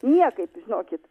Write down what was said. niekaip žinokit